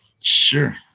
Sure